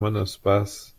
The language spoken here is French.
monospace